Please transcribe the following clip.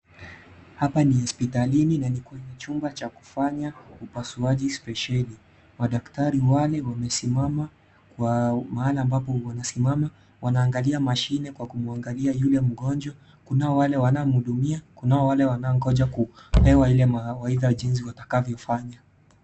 Hapa ni hospitalini na ni Kwa chumba cha kufanya upasuaji speciali maadaktari wale wamesimama, kwa mahala ampapo wanasimama, wanaangalia mashine kwa kumuangalia yule mgonjwa, kunao wale wanaamuudumia, kunao wale wanaangoja kupewa ile kupewa mawaidha jinsi watakavyofanya.